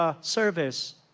service